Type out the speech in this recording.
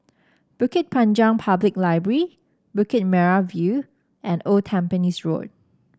Bukit Panjang Public Library Bukit Merah View and Old Tampines Road